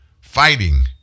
fighting